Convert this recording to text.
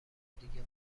دیگه